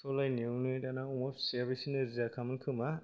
सिख'लायनायावनो दाना अमा फिसायाबो एसे नोरजिया खामोन खोमा